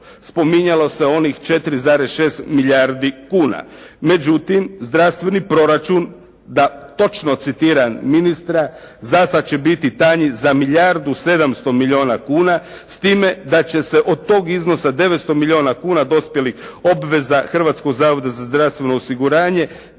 Spominjalo se onih 4,6 milijardi kuna. Međutim, zdravstveni proračun da točno citiram ministra, zasada će biti tanji za milijardu i 700 milijuna kuna, s time da će se od toga iznosa 900 milijuna kuna dospjelih obveza